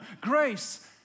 grace